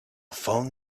phone